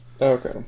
Okay